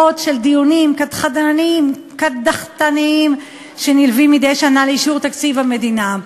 של דיונים קדחתניים שנלווים מדי שנה לאישור תקציב המדינה.